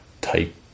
type